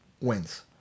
wins